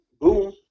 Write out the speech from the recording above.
boom